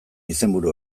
izenburu